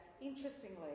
interestingly